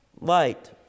light